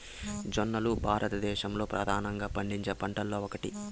జొన్నలు భారతదేశంలో ప్రధానంగా పండించే పంటలలో ఒకటి